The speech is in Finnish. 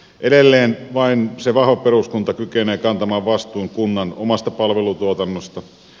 edelleen vain se vahva peruskunta kykenee kantamaan vastuun kunnan omasta palvelutuotannosta